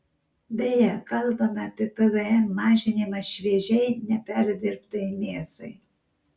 beje kalbama apie pvm mažinimą šviežiai neperdirbtai mėsai